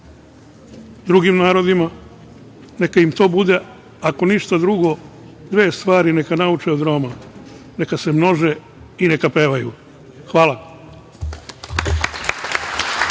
drugim narodima. Neka im to bude, ako ništa drugo dve stvari neka nauče od Roma, neka se množe i neka pevaju. Hvala.